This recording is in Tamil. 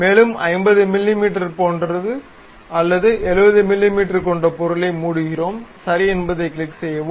மேலும் 50 மிமீ போன்ற அல்லது 70 மிமீ கொண்டு பொருளை மூடுகிறோம் சரி என்பதைக் கிளிக் செய்யவும்